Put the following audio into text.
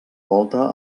volta